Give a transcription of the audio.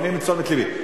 מפנים את תשומת לבי.